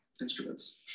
instruments